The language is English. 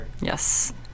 Yes